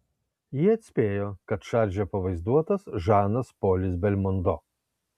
jie atspėjo kad šarže pavaizduotas žanas polis belmondo